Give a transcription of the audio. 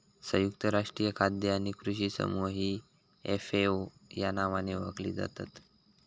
संयुक्त राष्ट्रीय खाद्य आणि कृषी समूह ही एफ.ए.ओ या नावाने ओळखली जातत